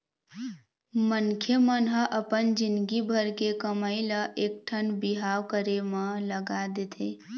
मनखे मन ह अपन जिनगी भर के कमई ल एकठन बिहाव करे म लगा देथे